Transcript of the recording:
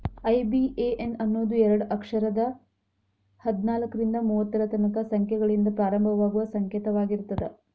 IBAN ಅನ್ನೋದು ಎರಡ ಅಕ್ಷರದ್ ಹದ್ನಾಲ್ಕ್ರಿಂದಾ ಮೂವತ್ತರ ತನಕಾ ಸಂಖ್ಯೆಗಳಿಂದ ಪ್ರಾರಂಭವಾಗುವ ಸಂಕೇತವಾಗಿರ್ತದ